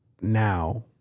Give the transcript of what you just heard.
now